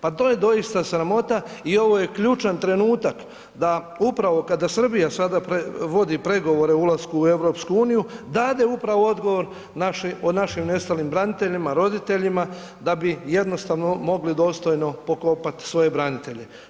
Pa to je doista sramota i ovo je ključan trenutak da upravo kada Srbija sada vodi pregovore o ulasku u EU, dade upravo odgovor o našim nestalim braniteljima, roditeljima, da bi jednostavno mogli dostojno pokopati svoje branitelje.